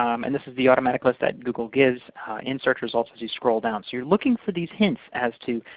um and this is the automatic list that google gives in search results as you scroll down. so you're looking for these hints as to,